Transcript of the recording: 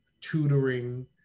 tutoring